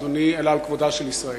אדוני, אלא על כבודה של ישראל.